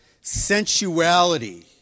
sensuality